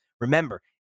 Remember